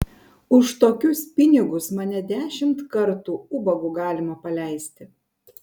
už tokius pinigus mane dešimt kartų ubagu galima paleisti